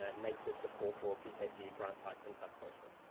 ah and native support for a pkce grant type inside postman,